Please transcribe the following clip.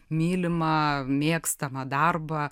mylimą mėgstamą darbą